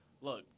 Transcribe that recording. look